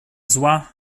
zła